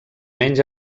menys